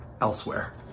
elsewhere